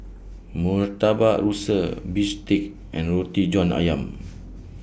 Murtabak Rusa Bistake and Roti John Ayam